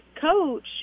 coach